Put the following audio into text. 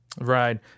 Right